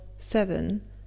seven